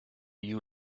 you